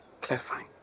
clarifying